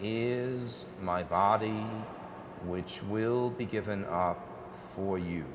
is my body which will be given off for you